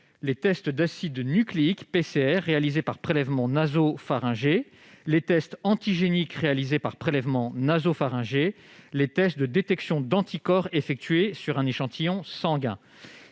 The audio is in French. les tests d'acide nucléique (PCR) réalisés par prélèvement nasopharyngé, les tests antigéniques réalisés par prélèvement nasopharyngé et les tests de détection d'anticorps effectués sur un échantillon sanguin.